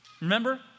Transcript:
Remember